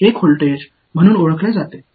1 volt மின்னழுத்தம் என்று அறியப்படும் அது எங்கே